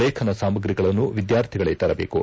ಲೇಖನ ಸಾಮಗ್ರಿಗಳನ್ನು ವಿದ್ಯಾರ್ಥಿಗಳೇ ತರಬೇಕು